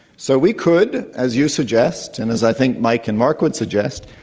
so we could, as you suggest, and as i think mike and mark would suggest,